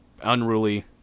unruly